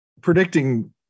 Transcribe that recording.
predicting